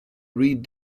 read